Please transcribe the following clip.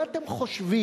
מה אתם חושבים?